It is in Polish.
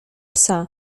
psa